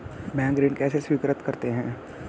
Bank ऋण कैसे स्वीकृत करते हैं?